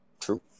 True